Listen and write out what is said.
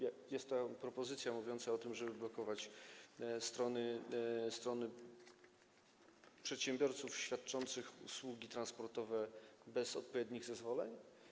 Jest to propozycja mówiąca o tym, żeby blokować strony przedsiębiorców świadczących usługi transportowe bez odpowiednich zezwoleń.